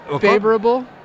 favorable